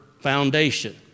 foundation